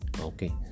Okay